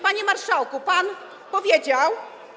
Panie marszałku, pan tak powiedział.